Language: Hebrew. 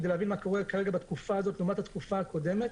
כדי להבין מה קורה בתקופה הזאת לעומת התקופה הקודמת,